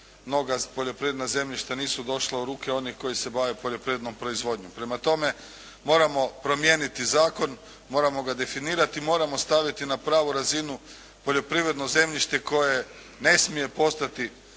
mnoga poljoprivredna zemljišta nisu došla u ruke onih koji se bave poljoprivrednom proizvodnjom. Prema tome, moramo promijeniti zakon, moramo ga definirati. Moramo staviti na pravu razinu poljoprivredno zemljište koje ne smije postati